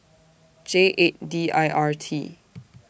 J eight D I R T